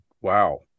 wow